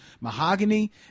mahogany